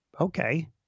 Okay